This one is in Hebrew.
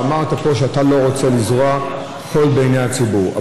ואמרת פה שאתה לא רוצה לזרות חול בעיני הציבור,